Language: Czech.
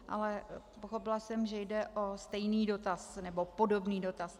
Ale pochopila jsem, že jde o stejný dotaz, nebo podobný dotaz.